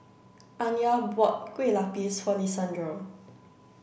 Anya bought Kueh Lapis for Lisandro